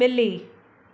ॿिली